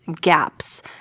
gaps